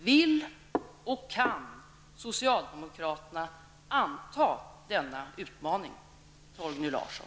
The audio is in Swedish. Vill och kan socialdemokraterna anta denna utmaning, Torgny Larsson?